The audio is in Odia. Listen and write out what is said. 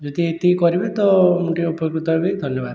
ଯଦି ଏତିକି କରିବେ ତ ମୁଁ ଟିକେ ଉପକୃତ ହେବି ଧନ୍ୟବାଦ